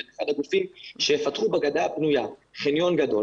את אחד הגופים שיפתחו בגדה הפנויה חניון גדול